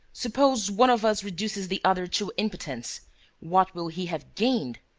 suppose one of us reduces the other to impotence what will he have gained?